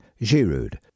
Giroud